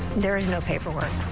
there is no paperwork.